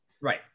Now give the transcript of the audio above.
Right